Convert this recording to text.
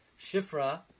Shifra